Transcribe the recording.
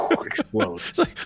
explodes